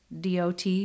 DOT